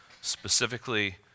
specifically